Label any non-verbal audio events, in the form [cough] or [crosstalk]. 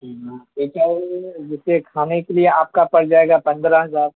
[unintelligible] جیسے کھانے کے لیے آپ کا پڑ جائے گا پندرہ ہزار